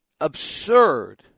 absurd